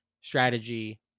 strategy